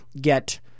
get